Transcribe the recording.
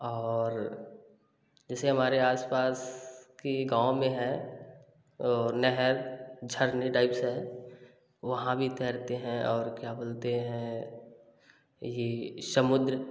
और जैसे हमारे आस पास के गाँव में है और नहर झरने टाइप्स हैं वहाँ भी तैरते हैं और क्या बोलते हैं ये समुद्र